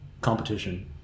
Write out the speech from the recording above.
competition